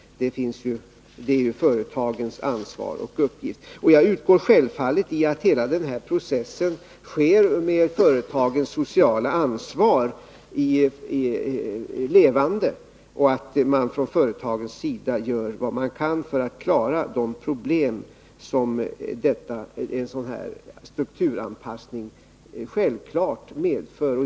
Det är företagens ansvar och uppgift. Jag utgår självfallet från att hela denna process sker med företagens sociala ansvar levande och att man från företagens sida gör vad man kan för att klara de problem som en sådan här strukturanpassning självklart medför.